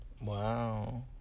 Wow